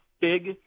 big